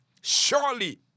Surely